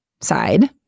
side